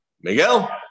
Miguel